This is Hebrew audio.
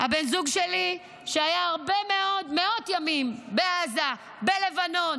הבן זוג שלי, שהיה מאות ימים בעזה, בלבנון.